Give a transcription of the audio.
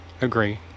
Agree